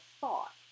thought